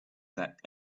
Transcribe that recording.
that